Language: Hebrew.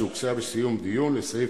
שהוגשה בסיום הדיון בסעיף,